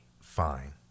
fine